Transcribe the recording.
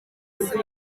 wese